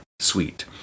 sweet